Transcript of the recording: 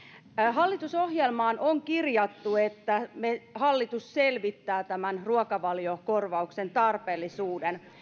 hallitusohjelmaan on kirjattu että hallitus selvittää ruokavaliokorvauksen tarpeellisuuden